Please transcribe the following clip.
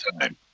time